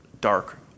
dark